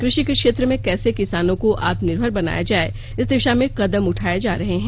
कृषि के क्षेत्र में कैसे किसानों को आत्मनिर्मर बनाया जाए इस दिशा में कदम उठाए जा रहे हैं